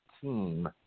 team